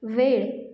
वेळ